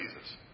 Jesus